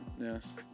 Yes